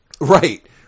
Right